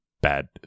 bad